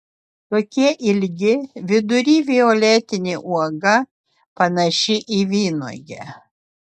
tokie ilgi vidury violetinė uoga panaši į vynuogę